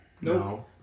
No